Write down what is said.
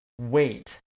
wait